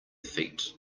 feet